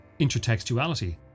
Intertextuality